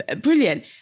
brilliant